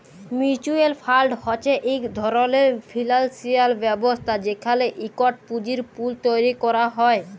mutual fund হছে ইক ধরলের ফিল্যালসিয়াল ব্যবস্থা যেখালে ইকট পুঁজির পুল তৈরি ক্যরা হ্যয়